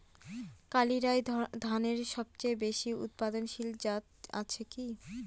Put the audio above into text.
কালিরাই ধানের সবচেয়ে বেশি উৎপাদনশীল জাত আছে কি?